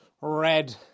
red